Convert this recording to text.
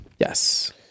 yes